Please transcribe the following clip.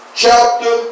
chapter